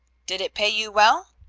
did it pay you well?